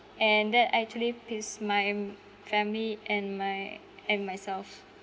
and that actually piss my family and my and myself